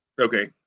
Okay